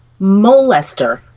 molester